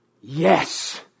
yes